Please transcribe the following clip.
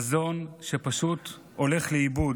מזון שפשוט הולך לאיבוד,